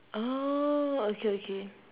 oh okay okay